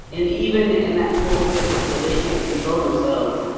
and even in that full fit, where they can't control themselves,